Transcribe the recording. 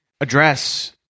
address